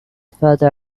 father